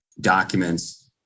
documents